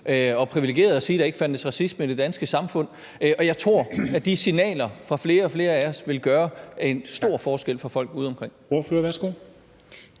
og privilegeret at sige, at der ikke fandtes racisme i det danske samfund. Jeg tror, at de signaler fra flere og flere af os vil gøre en stor forskel for folk udeomkring.